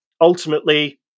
Ultimately